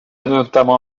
notamment